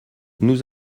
nous